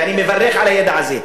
ואני מברך על הידע הזה,